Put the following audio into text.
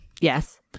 Yes